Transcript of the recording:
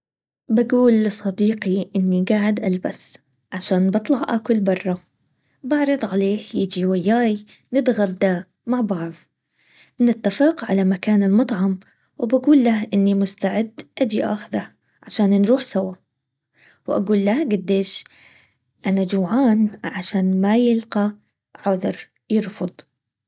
بقول لصديقي اني قاعد البس عشان بطلع اكل برا. بعرض عليه يجي وياي نتغدى مع بعض نتفق على مكان المطعم وبقول له اني مستعد اجي اخذه عشان نروح سوا. واقول له قد ايش؟ انا جوعان عشان ما يلقى عذر يرفض